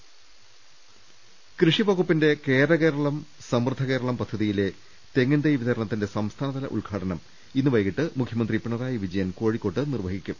രുട്ട്ട്ട്ട്ട്ട്ട്ട്ട കൃഷിവകുപ്പിന്റെ കേര കേരളം സമൃദ്ധകേരളം പദ്ധതിയിലെ തെങ്ങിൻ തൈ വിതരണത്തിന്റെ സംസ്ഥാനതല ഉദ്ഘാടനം ഇന്ന് വൈകീട്ട് മുഖ്യമ ന്ത്രി പിണറായി വിജയൻ കോഴിക്കോട്ട് നിർവഹിക്കും